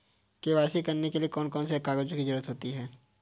KYC करने के लिए कौन कौन से कागजों की जरूरत होती है?